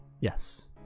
Yes